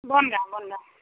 Bongaon Bongaon